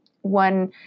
one